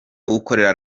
ukorera